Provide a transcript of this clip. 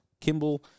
Kimball